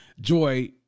Joy